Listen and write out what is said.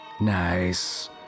Nice